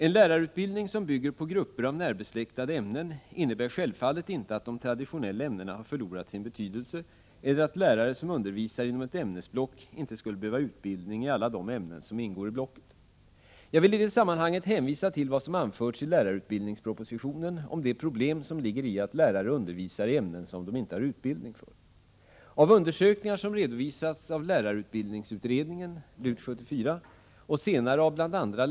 En lärarutbildning som bygger på grupper av närbesläktade ämnen innebär självfallet inte att de traditionella ämnena har förlorat sin betydelse eller att lärare som undervisar inom ett ämnesblock inte skulle behöva utbildning i alla ämnen som ingår i blocket. Jag vill i detta sammanhang hänvisa till vad som anförts i lärarutbildningspropositionen om det problem som ligger i att lärare undervisar i ämnen som de inte har utbildning för. Av undersökningar som redovisats av lärarutbildningsutredningen och senare av bl.a.